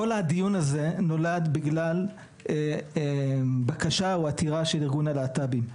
אמרת שכל הדיון הזה נולד בגלל בקשה או עתירה של ארגון הלהט"בים.